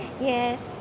Yes